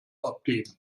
abgeben